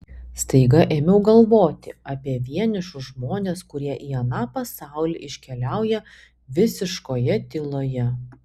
staiga ėmiau galvoti apie vienišus žmones kurie į aną pasaulį iškeliauja visiškoje tyloje